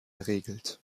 regelt